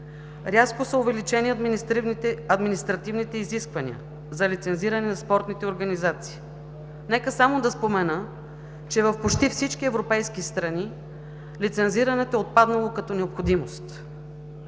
Рязко са увеличени административните изисквания за лицензиране на спортните организации. Нека само да спомена, че в почти всички европейски страни лицензирането е отпаднало като необходимост.